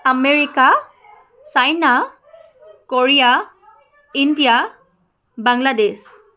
America China Korea India Bangladesh